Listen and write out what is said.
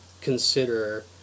consider